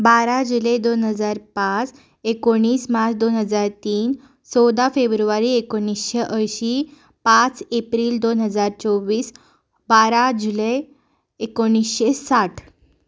बारा जुलाय दोन हजार पांच एकुणीस मार्च दोन हजार तीन चवदा फेब्रुवारी एकुणशे अंयशी पांच एप्रील दोन हजार चोवीस बारा जुलाय एकुणशे साठ